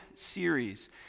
series